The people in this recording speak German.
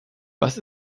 was